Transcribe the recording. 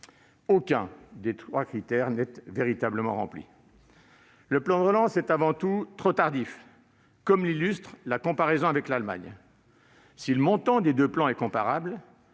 Aucun de ces trois critères n'est véritablement rempli. Le plan de relance est avant tout trop tardif, comme l'illustre la comparaison avec l'Allemagne. Si le montant des deux plans est comparable,